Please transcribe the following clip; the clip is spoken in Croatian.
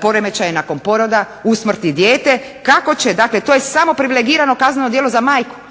poremećajem nakon poroda usmrti dijete kako će, dakle to je samo privilegirano kazneno djelo za majku.